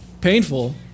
Painful